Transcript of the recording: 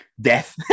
Death